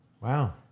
Wow